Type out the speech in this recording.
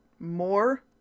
more